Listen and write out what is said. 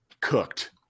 cooked